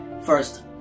First